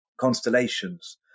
constellations